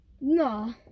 No